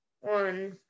one